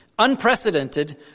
Unprecedented